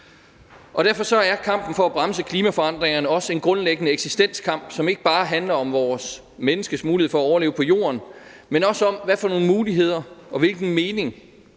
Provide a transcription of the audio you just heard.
derfor er kampen for at bremse klimaforandringerne også en grundlæggende eksistenskamp, som ikke bare handler om vores, menneskets, mulighed for at overleve på Jorden, men også om, hvad for nogle muligheder og hvilken mening